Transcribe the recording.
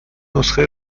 نسخه